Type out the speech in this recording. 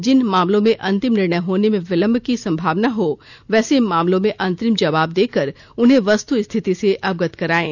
जिन मामलों में अंतिम निर्णय होने में विलंब की संभावना हो वैसे मामलों में अंतरिम जवाब देकर उन्हें वस्तुस्थिति से अवगत करायें